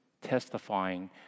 testifying